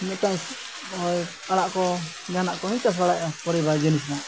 ᱢᱤᱫᱴᱟᱝ ᱦᱚᱜᱼᱚᱭ ᱟᱲᱟᱜ ᱠᱚ ᱡᱟᱦᱟᱱᱟᱜ ᱠᱚᱧ ᱪᱟᱥ ᱵᱟᱲᱟᱭᱟ ᱯᱚᱨᱤᱵᱟᱨ ᱡᱤᱱᱤᱥ ᱦᱚᱸ